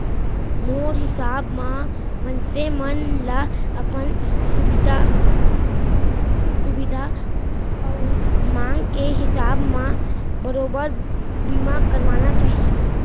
मोर हिसाब म मनसे मन ल अपन सुभीता अउ मांग के हिसाब म बरोबर बीमा करवाना चाही